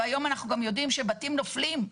והיום אנחנו גם יודעים שבתים נופלים.